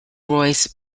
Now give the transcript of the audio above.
royce